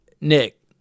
Nick